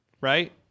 right